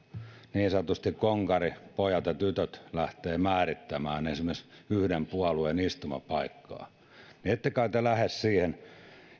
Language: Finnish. niin sanotusti konkaripojat ja tytöt lähtevät määrittämään esimerkiksi yhden puolueen istumapaikkaa niin ette kai te lähde siihen